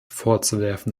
vorzuwerfen